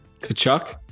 Kachuk